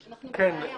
בבקשה.